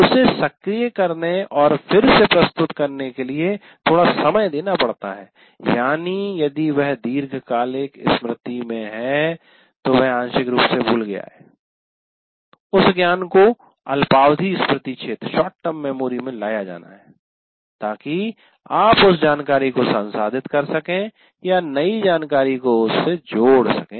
उसे सक्रिय करने और फिर से प्रस्तुत करने के लिए थोड़ा समय देना पड़ता है यानी यदि वह दीर्घकालिक स्मृति में है तो वह आंशिक रूप से भूल गया है उस ज्ञान को अल्पावधि स्मृति क्षेत्र शोर्ट टर्म मेमोरी में लाया जाना है ताकि आप उस जानकारी को संसाधित कर सकें या नई जानकारी को उससे जोड़ सकें